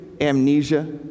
amnesia